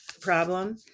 problem